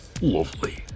lovely